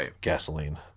gasoline